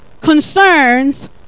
concerns